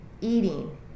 eating